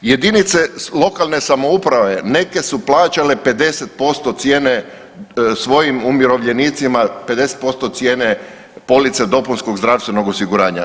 Jedinice lokalne samouprave neke su plaćale 50% cijene svojim umirovljenicima 50% cijene police dopunskog zdravstvenog osiguranja.